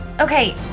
Okay